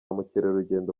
mukerarugendo